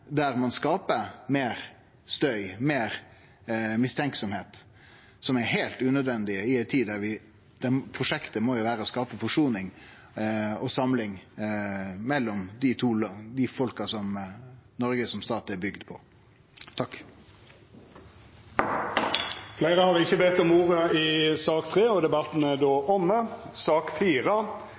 der ein skapar meir støy, meir mistanke, som er heilt unødvendig i ei tid der prosjektet må vere å skape forsoning og samling mellom folka Noreg som stat er bygd på. Fleire har ikkje bedt om ordet til sak